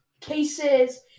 cases